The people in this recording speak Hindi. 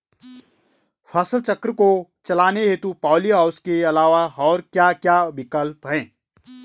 फसल चक्र को चलाने हेतु पॉली हाउस के अलावा और क्या क्या विकल्प हैं?